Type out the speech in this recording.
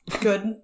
good